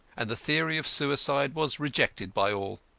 and the theory of suicide was rejected by all.